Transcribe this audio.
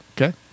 okay